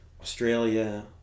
Australia